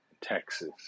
Texas